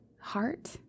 heart